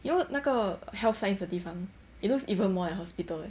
you know 那个 health science 的地方 it looks even more like hospital leh